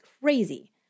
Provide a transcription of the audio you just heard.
crazy